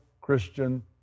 Christian